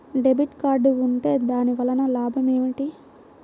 Debit card ఉంటే దాని వలన లాభం ఏమిటీ?